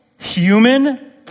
Human